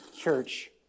church